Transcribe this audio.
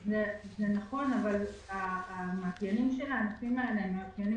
זה נכון אבל המאפיינים של הענפים האלה הם מאפיינים